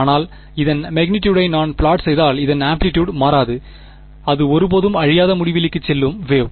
ஆனால் இதன் மெக்னிடியூடை நான் ப்லாட் செய்தால் இதன் ஆம்ப்ளிட்யூட் மாறாது அது ஒருபோதும் அழியாத முடிவிலிக்கு செல்லும் வேவ்